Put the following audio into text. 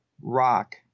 rock